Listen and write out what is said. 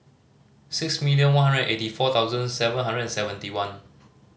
six million one hundred eighty four thousand seven hundred and seventy one